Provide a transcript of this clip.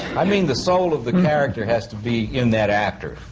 i mean the soul of the character has to be in that actor,